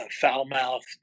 foul-mouthed